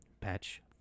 patch